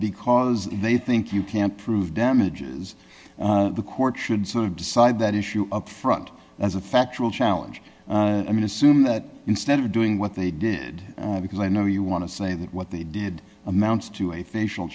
because they think you can't prove damages the court should sort of decide that issue up front as a factual challenge i mean assume that instead of doing what they did because i know you want to say that what they did amounts to a